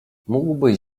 mógłbyś